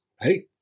Hey